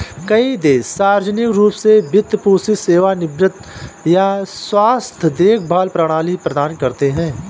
कई देश सार्वजनिक रूप से वित्त पोषित सेवानिवृत्ति या स्वास्थ्य देखभाल प्रणाली प्रदान करते है